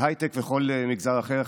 ההייטק וכל מגזר אחר.